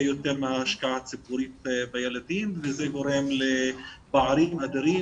יותר מההשקעה הציבורית בילדים וזה גורם לפערים אדירים,